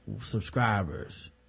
subscribers